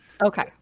Okay